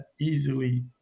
easily